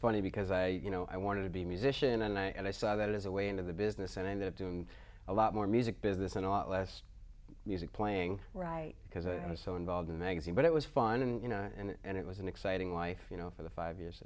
funny because i you know i wanted to be musician and i saw that as a way into the business and i ended up doing a lot more music business and a lot less music playing right because i was so involved in magazine but it was fun and you know and it was an exciting life you know for the five years